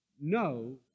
no